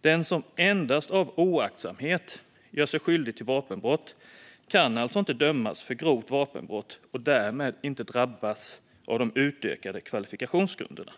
Den som endast av oaktsamhet gör sig skyldig till vapenbrott kan alltså inte dömas för grovt vapenbrott och därmed inte drabbas av de utökade kvalifikationsgrunderna.